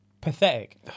pathetic